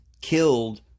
killed